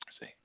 See